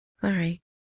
Sorry